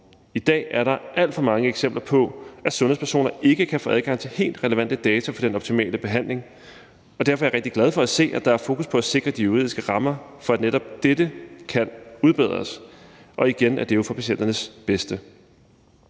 I dag er der alt for mange eksempler på, at sundhedspersoner ikke kan få adgang til helt relevante data for den optimale behandling, og derfor er jeg rigtig glad for at se, at der er fokus på at sikre de juridiske rammer for, at netop dette kan udbedres – og igen er det jo for patienternes bedste.